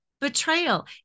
betrayal